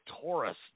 Taurus